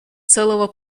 целого